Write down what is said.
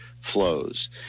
flows